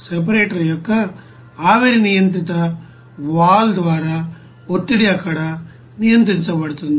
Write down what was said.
separator యొక్క ఆవిరి నియంత్రిత వాల్వ్ ద్వారా ఒత్తిడి అక్కడ నియంత్రించబడుతుంది